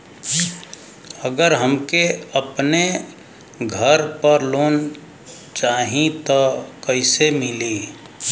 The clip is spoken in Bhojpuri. अगर हमके अपने घर पर लोंन चाहीत कईसे मिली?